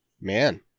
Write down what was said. man